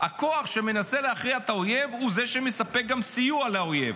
הכוח שמנסה להכריע את האויב הוא זה שגם מספק סיוע לאויב.